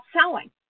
selling